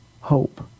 hope